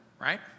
right